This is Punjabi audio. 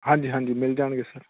ਹਾਂਜੀ ਹਾਂਜੀ ਮਿਲ ਜਾਣਗੇ ਸਰ